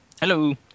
Hello